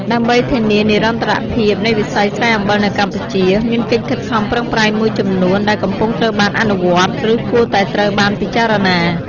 ដើម្បីធានានិរន្តរភាពនៃវិស័យស្រែអំបិលនៅកម្ពុជា មានកិច្ចខិតខំប្រឹងប្រែងមួយចំនួនដែលកំពុងត្រូវបានអនុវត្ត ឬគួរតែត្រូវបានពិចារណា៖